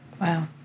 wow